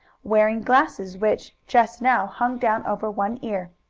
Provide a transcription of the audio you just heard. wearing glasses which, just now, hung down over one ear.